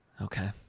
Okay